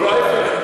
לא, להפך.